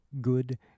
good